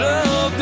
Love